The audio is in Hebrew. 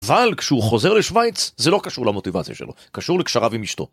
אבל כשהוא חוזר לשוויץ זה לא קשור למוטיבציה שלו, קשור לקשריו עם אשתו.